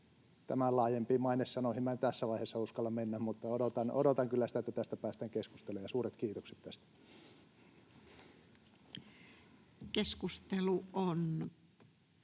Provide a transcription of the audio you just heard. tämän laajempiin mainesanoihin minä en tässä vaiheessa uskalla mennä, mutta odotan kyllä sitä, että tästä päästään keskustelemaan. Suuret kiitokset tästä.